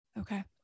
Okay